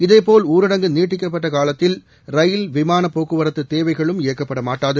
இதேபோல் ஊரடங்கு நீட்டிக்கப்பட்ட காலத்தில் ரயில் விமானப்போக்குவரத்து தேவைகளும் இயக்கப்படமாட்டாது